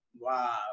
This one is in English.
Wow